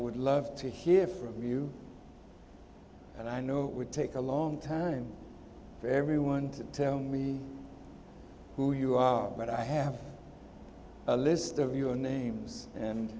would love to hear from you and i know it would take a long time for everyone to tell me who you are but i have a list of your names and